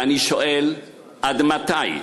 ואני שואל: עד מתי?